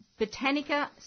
Botanica